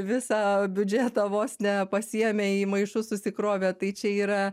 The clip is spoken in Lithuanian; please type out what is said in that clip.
visą biudžetą vos ne pasiėmė į maišus susikrovė tai čia yra